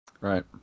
Right